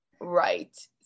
Right